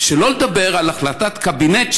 שלא לדבר על החלטת קבינט,